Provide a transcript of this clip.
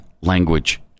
language